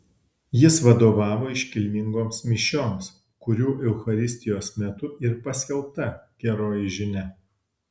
jis vadovavo iškilmingoms mišioms kurių eucharistijos metu ir paskelbta geroji žinia